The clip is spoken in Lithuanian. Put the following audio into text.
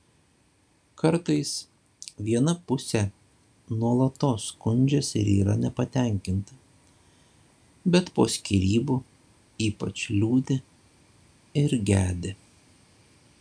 kartais viena pusė nuolatos skundžiasi ir yra nepatenkinta bet po skyrybų ypač liūdi ir gedi